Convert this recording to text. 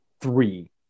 three